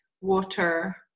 water